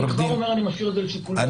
אני כבר אומר שאני משאיר את זה לשיקול דעתכם.